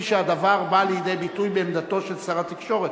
שהדבר בא לידי ביטוי בעמדתו של שר התקשורת,